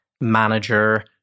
manager